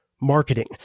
marketing